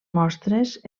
mostres